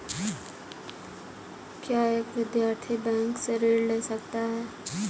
क्या एक विद्यार्थी बैंक से ऋण ले सकता है?